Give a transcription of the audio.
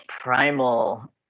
primal